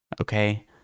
Okay